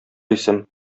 исем